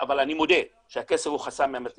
אבל אני מודה שהכסף הוא חסם אמיתי